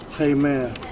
Amen